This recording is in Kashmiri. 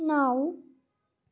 نَو